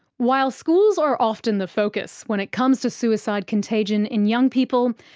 while schools are often the focus when it comes to suicide contagion in young people,